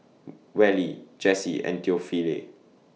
Wally Jesse and Theophile